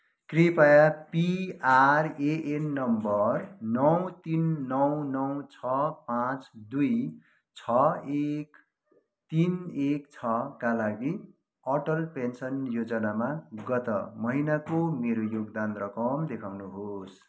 कृपया PRAN number नौ तिन नौ नौ छ पाँच दुई छ एक तिन एक छ का लागि अटल पेन्सन योजनामा गत महिनाको मेरो योगदान रकम देखाउनुहोस्